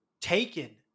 taken